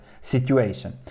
situation